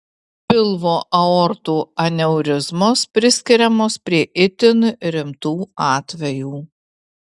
pilvo aortų aneurizmos priskiriamos prie itin rimtų atvejų